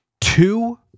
Two